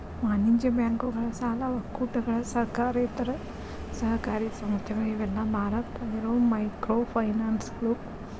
ವಾಣಿಜ್ಯ ಬ್ಯಾಂಕುಗಳ ಸಾಲ ಒಕ್ಕೂಟಗಳ ಸರ್ಕಾರೇತರ ಸಹಕಾರಿ ಸಂಸ್ಥೆಗಳ ಇವೆಲ್ಲಾ ಭಾರತದಾಗ ಇರೋ ಮೈಕ್ರೋಫೈನಾನ್ಸ್ಗಳು